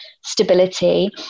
stability